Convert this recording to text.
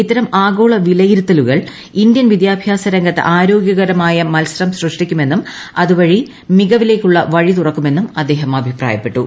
ഇത്തരം ആഗോള വിലയിരുത്തലുകൾ ഇന്ത്യൻ വിദ്യാഭ്യാസ രംഗത്ത് ആരോഗൃകരമായ മത്സരം സൃഷ്ടിക്കുമെന്നും അതുവഴി മികവിലേക്കുള്ള വഴി തുറക്കുമെന്നും അദ്ദേഹം അഭിപ്രായപ്പെട്ടു